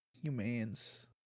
Humans